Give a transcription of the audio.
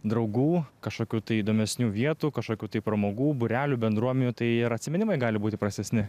draugų kažkokių įdomesnių vietų kažkokių tai pramogų būrelių bendruomenių tai ir atsiminimai gali būti prastesni